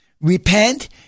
repent